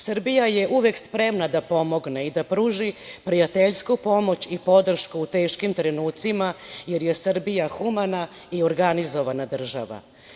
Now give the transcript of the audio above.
Srbija je uvek spremna da pomogne i da pruži prijateljsku pomoć i podršku u teškim trenucima, jer je Srbija humana i organizovana država.